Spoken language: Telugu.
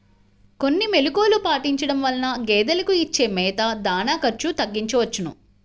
కొన్ని మెలుకువలు పాటించడం వలన గేదెలకు ఇచ్చే మేత, దాణా ఖర్చు తగ్గించుకోవచ్చును